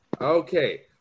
Okay